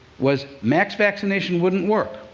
was mass vaccination wouldn't work.